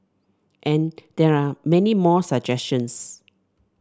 and there are many more suggestions